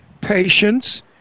patience